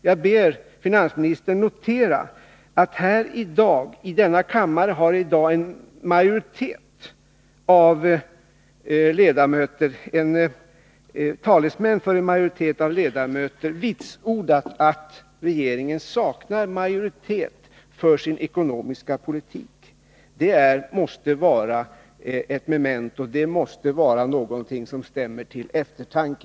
Jag ber finansministern notera att i denna kammare har i dag talesmän för en majoritet av ledamöter vitsordat att regeringen saknar majoritet för sin ekonomiska politik. Det måste vara ett memento, det måste vara någonting som stämmer till eftertanke.